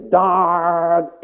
dark